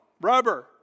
Rubber